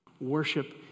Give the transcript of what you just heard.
Worship